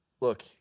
Look